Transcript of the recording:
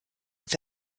with